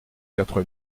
quatre